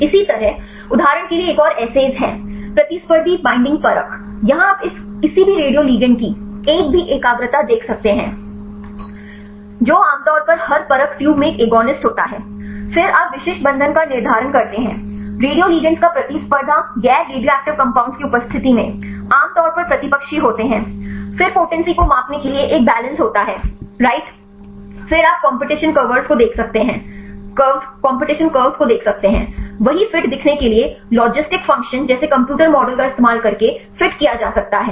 इसी तरह उदाहरण के लिए एक और assays है प्रतिस्पर्धी बिंडिंग परख यहां आप इस किसी भी रेडियो लिगैंड की एक भी एकाग्रता देख सकते हैं जो आमतौर पर हर परख ट्यूब में एक एगोनिस्ट होता है फिर आप विशिष्ट बंधन का निर्धारण करते हैं रेडियो लिगैंड का प्रतिस्पर्धा गैर रेडियोएक्टिव कंपाउंड्स की उपस्थिति में आमतौर पर प्रतिपक्षी होते हैं फिर पोटेंसी को मापने के लिए एक बैलेंस होता है राइट फिर आप कॉम्पिटिशन कर्व्स को देख सकते हैं वहीं फिट दिखने के लिए लॉजिस्टिक फंक्शन जैसे कंप्यूटर मॉडल का इस्तेमाल करके फिट किया जा सकता है